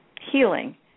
healing